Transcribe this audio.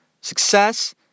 Success